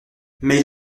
mais